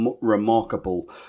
remarkable